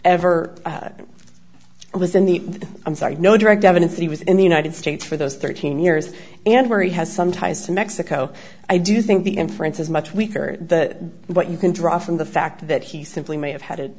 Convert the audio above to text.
ever it was in the i'm sorry no direct evidence he was in the united states for those thirteen years and where he has some ties to mexico i do think the inference is much weaker that what you can draw from the fact that he simply may have had it